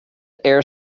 air